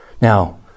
Now